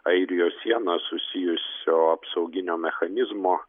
airijos siena susijusio apsauginio mechanizmo